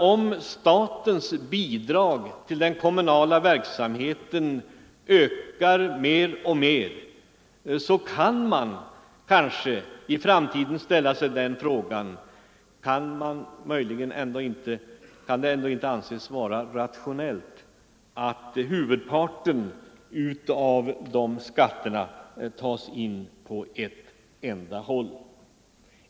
Om statens bidrag till den kommunala verksamheten ökar mer och mer kan man fråga sig om det inte är rationellt att huvudparten av skatterna tas in på ett enda håll.